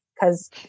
because-